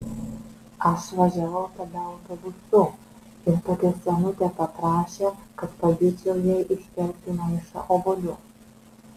aš važiavau tada autobusu ir tokia senutė paprašė kad padėčiau jai iškelti maišą obuolių